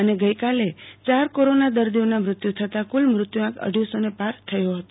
અને ગઈકાલે ચાર કોરોના દર્દાઓના મત્યુ થતાં કલ મૃત્યુઆંક અઢીસોને પાર થયો હતો